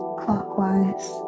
clockwise